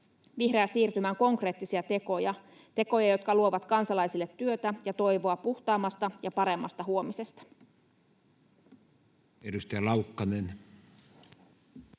Vihreä siirtymä on konkreettisia tekoja — tekoja, jotka luovat kansalaisille työtä ja toivoa puhtaammasta ja paremmasta huomisesta. [Speech